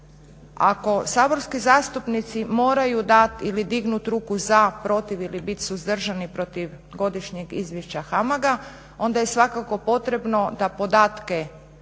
Ako saborski zastupnici moraju dati ili dignuti ruku za, protiv ili biti suzdržani protiv Godišnjeg izvješća HAMAG-a onda je svakako potrebno da podatke